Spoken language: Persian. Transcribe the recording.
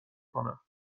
کنم